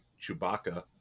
Chewbacca